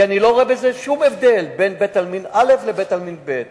כי אני לא רואה שום הבדל בין בית-עלמין א' לבית-עלמין ב'.